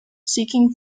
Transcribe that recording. seeking